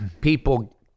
people